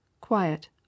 quiet